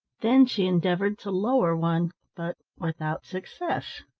then she endeavoured to lower one, but without success.